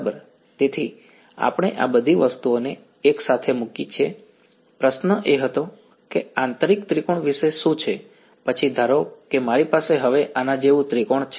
તેથી આપણે આ બધી વસ્તુઓને એકસાથે મૂકી છે પ્રશ્ન એ હતો કે આંતરિક ત્રિકોણ વિશે શું છે પછી ધારો કે મારી પાસે હવે આના જેવું ત્રિકોણ છે